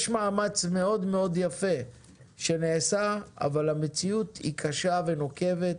יש מאמץ יפה מאוד שנעשה אבל המציאות קשה ונוקבת.